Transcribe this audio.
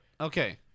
Okay